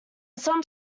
some